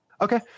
Okay